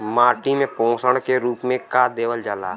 माटी में पोषण के रूप में का देवल जाला?